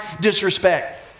disrespect